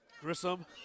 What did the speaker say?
Grissom